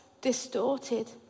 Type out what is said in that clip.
distorted